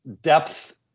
depth